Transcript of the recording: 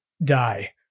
Die